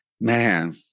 man